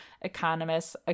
economists